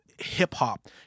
hip-hop